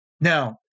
Now